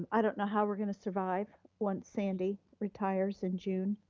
i don't know how we're gonna survive once sandy retires in june.